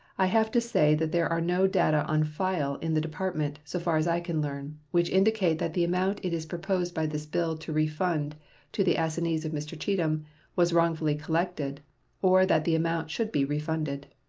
i have to say that there are no data on file in the department, so far as i can learn, which indicate that the amount it is proposed by this bill to refund to the assignees of mr. cheatham was wrongfully collected or that the amount should be refunded.